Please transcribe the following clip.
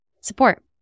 support